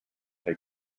take